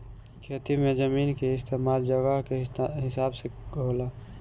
खेती मे जमीन के इस्तमाल जगह के हिसाब से होला